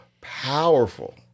powerful